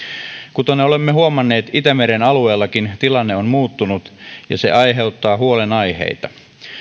kuten olemme huomanneet itämeren alueellakin tilanne on muuttunut ja se aiheuttaa huolta